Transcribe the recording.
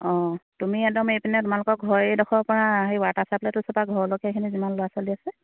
অঁ তুমি একদম এইপিনে তোমালোকৰ ঘৰৰ এইডোখৰৰপৰা সেই ৱাটাৰ চাপ্লাইটোৰ ওচৰৰপৰা ঘৰলৈকে সেইখিনি যিমান ল'ৰা ছোৱালী আছে